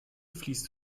fließt